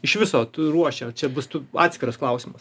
iš viso t ruošia o čia bus tu atskiras klausimas